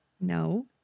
No